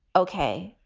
ok,